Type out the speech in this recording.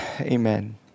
amen